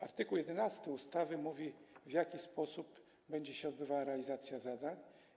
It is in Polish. Art. 11 ustawy mówi, w jaki sposób będzie się odbywała realizacja zadań.